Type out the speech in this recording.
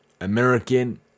American